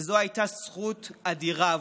וזו הייתה זכות אדירה בעבורי.